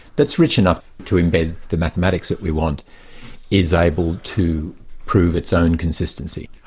that's rich enough to embed the mathematics that we want is able to prove its own consistency.